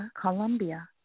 Colombia